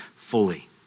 fully